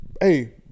Hey